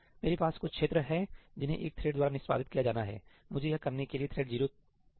मेरे पास कुछ क्षेत्र हैं जिन्हें एक थ्रेड द्वारा निष्पादित किया जाना है मुझे यह करने के लिए थ्रेड 0 क्यों चाहिए